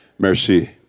Merci